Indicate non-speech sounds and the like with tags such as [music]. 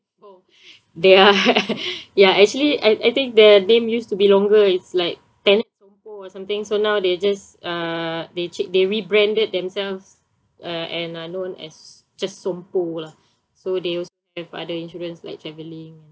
oh they are [laughs] ya actually I I think their name used to be longer it's like sompo or something so now they just uh they tr~ they rebranded themselves uh and uh known as just sompo lah so they also have other insurance like travelling and